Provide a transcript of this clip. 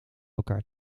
elkaar